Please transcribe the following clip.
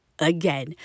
Again